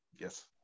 yes